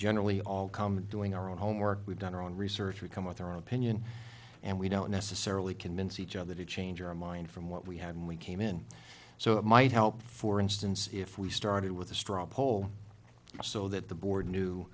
generally all come in doing our own homework we've done our own research we come with our own opinion and we don't necessarily convince each other to change our mind from what we have and we came in so it might help for instance if we started with a straw poll so that the board new